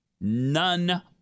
none